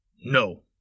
No